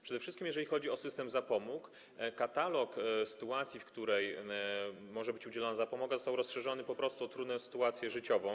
Przede wszystkim, jeżeli chodzi o system zapomóg, katalog sytuacji, w przypadku których może być udzielona zapomoga, został rozszerzony po prostu o trudną sytuację życiową.